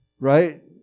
Right